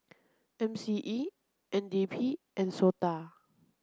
M C E N D P and SOTA